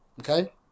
okay